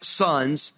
sons